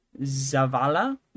Zavala